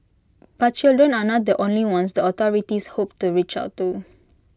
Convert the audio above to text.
but children are not the only ones the authorities hope to reach out to